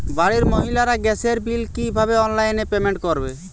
বাড়ির মহিলারা গ্যাসের বিল কি ভাবে অনলাইন পেমেন্ট করবে?